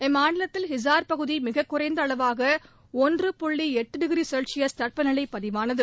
இம்மாநிலத்தில் ஹிசார் பகுதி மிகக்குறைந்த அளவாக ஒன்று புள்ளி எட்டு டிகிரி செல்சியஸ் தட்பநிலை பதிவானது